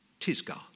Tisgar